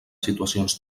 situacions